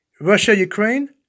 Russia-Ukraine